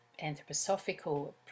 Anthroposophical